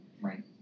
Right